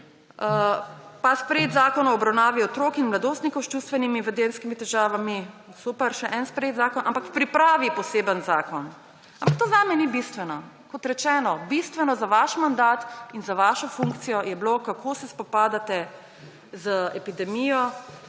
Pa sprejet zakon o obravnavi otrok in mladostnikov s čustvenimi in vedenjskimi težavami. Super, še eden sprejet zakon, ampak pripravi poseben zakon. Ampak to za mene ni bistveno. Kot rečeno, bistveno za vaš mandat in za vašo funkcijo je bilo, kako se spopadate z epidemijo,